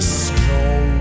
snow